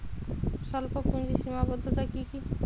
স্বল্পপুঁজির সীমাবদ্ধতা কী কী?